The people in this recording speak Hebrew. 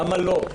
למה לא?